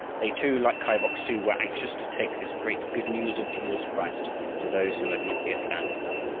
they too, like kai bok-su, were anxious to take this great good news of jesus christ to those who had not yet learned of him.